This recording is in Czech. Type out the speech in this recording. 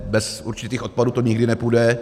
Bez určitých odpadů to nikdy nepůjde.